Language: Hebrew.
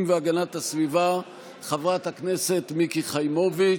והגנת הסביבה חברת הכנסת מיקי חיימוביץ',